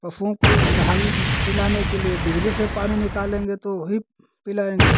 पशुओं को नहल पिलाने के लिए बिजली से पानी निकालेंगे तो वही पिलाएंगे